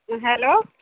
hello